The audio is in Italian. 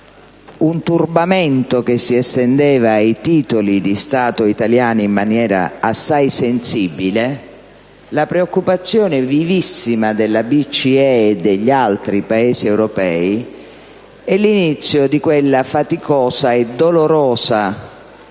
un turbamento che si estendeva ai titoli di Stato italiani in maniera assai sensibile, la preoccupazione vivissima della BCE e degli altri Paesi europei e l'inizio di quella faticosa e dolorosa attività